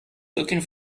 looking